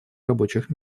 рабочих